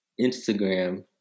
Instagram